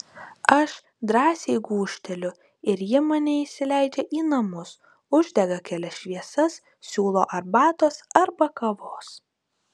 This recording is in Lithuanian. aš drąsiai gūžteliu ir ji mane įsileidžia į namus uždega kelias šviesas siūlo arbatos arba kavos